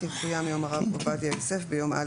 יקוים יום הרב עובדיה יוסף ביום א'